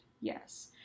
yes